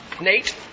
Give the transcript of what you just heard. Nate